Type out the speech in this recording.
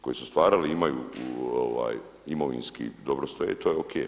Koji su stvarali imaju imovinski dobro stoje to je ok.